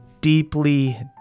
deeply